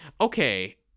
Okay